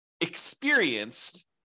experienced